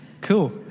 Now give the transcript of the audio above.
Cool